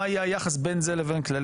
לא לייצר מצב שזה בלתי מוגבל בכלל.